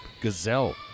gazelle